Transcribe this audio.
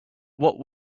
what